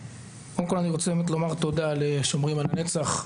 קודם כל אני רוצה באמת לומר תודה ל'שומרים על הנצח',